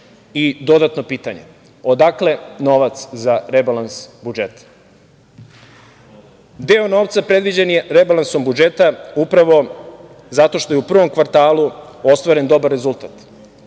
i dodatna pitanja – odakle novac za rebalans budžeta? Deo novca predviđen je rebalansom budžeta upravo zato što je u prvom kvartalu ostvaren dobar rezultat,